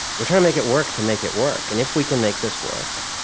we're trying to make it work to make it work and if we can make this work,